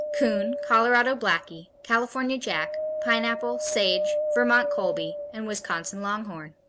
coon, colorado blackie, california jack, pineapple, sage, vermont colby and wisconsin longhorn.